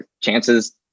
chances